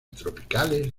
tropicales